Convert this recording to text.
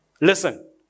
Listen